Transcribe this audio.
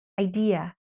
idea